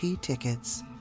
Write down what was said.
tickets